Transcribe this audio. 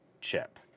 chip